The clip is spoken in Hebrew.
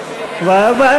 הבא,